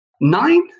Nine